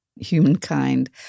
humankind